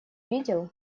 видел